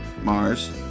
Mars